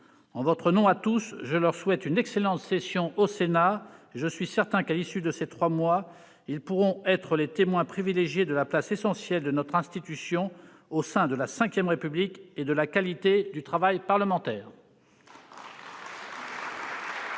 En votre nom à tous, je leur souhaite une excellente session au Sénat et je suis certain que, à l'issue de ces trois mois, ils pourront être les témoins privilégiés de la place essentielle de notre institution au sein de la V République et de la qualité du travail parlementaire.